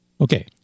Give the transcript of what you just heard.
Okay